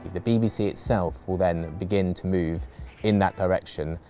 the bbc itself will then begin to move in that direction.